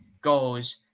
goes